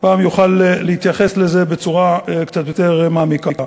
יוכל להתייחס לזה בצורה מעמיקה יותר.